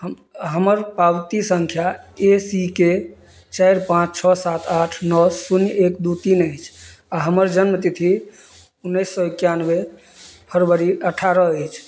हम हमर पावती सँख्या ए सी के चारि पाँच छओ सात आठ नओ शून्य एक दुइ तीन अछि आओर हमर जनमतिथि उनैस सओ एकानवे फरवरी अठारह अछि